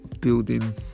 Building